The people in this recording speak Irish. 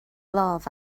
lámh